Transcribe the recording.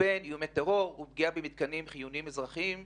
ובין איומי טרור ופגיעה במתקנים חיוניים באמצעות